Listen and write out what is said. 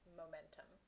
momentum